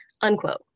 unquote